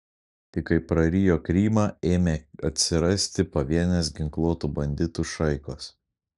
tik kai prarijo krymą ėmė atsirasti pavienės ginkluotų banditų šaikos